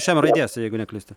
iš m raidės jeigu neklystu